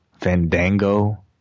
Fandango